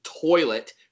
toilet